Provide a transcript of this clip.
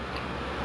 ya